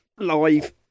Live